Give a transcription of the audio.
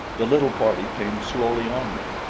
the little party came slowly onward,